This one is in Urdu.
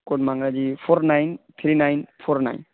کوڈ مانگا جی four nine three nine four nine